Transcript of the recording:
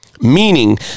meaning